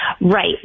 Right